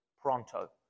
pronto